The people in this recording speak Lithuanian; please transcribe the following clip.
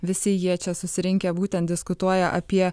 visi jie čia susirinkę būtent diskutuoja apie